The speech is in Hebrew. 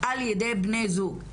על-ידי בני זוג,